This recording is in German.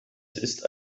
ist